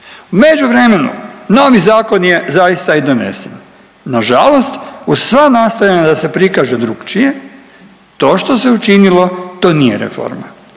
međuvremenu novi zakon je zaista i donesen, nažalost uz sva nastojanja da se prikaže drukčije to što se učinilo to nije reforma.